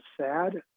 sad